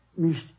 Mr